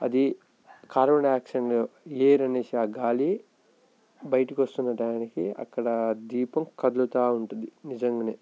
అది carbon dioxide air అనేసి ఆ గాలి బయటకు వస్తున్న టైంకి అక్కడ దీపం కదులుతూ ఉంటుంది నిజంగానే